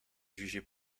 jugées